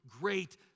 great